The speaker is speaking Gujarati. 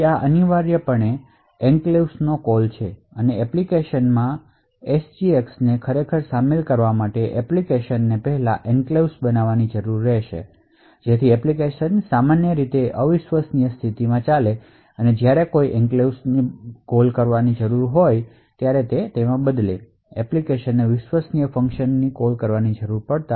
આ અનિવાર્યપણે એન્ક્લેવ્સ નો કોલ છે એપ્લિકેશન માં SGXને શામેલ કરવા માટે એપ્લિકેશન ને પહેલા એન્ક્લેવ્સ બનાવવાની જરૂર રહેશે જેથી એપ્લિકેશન સામાન્ય રીતે અવિશ્વસનીય સ્થિતિમાં ચાલે અને જ્યારે ક્યારેક એન્ક્લેવ્સ ને કોલ કરવાની જરૂર હોય ત્યારે એપ્લિકેશન ને વિશ્વસનીય ફંક્શનને કોલ કરવાની જરૂર કરતાં